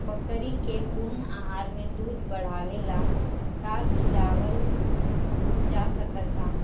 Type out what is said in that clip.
बकरी के पूर्ण आहार में दूध बढ़ावेला का खिआवल जा सकत बा?